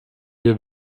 wir